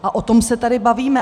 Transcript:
A o tom se tady bavíme.